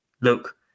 look